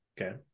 okay